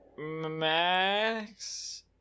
Max